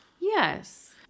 yes